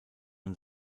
und